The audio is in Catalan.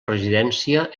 residència